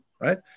right